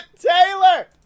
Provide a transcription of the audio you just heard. Taylor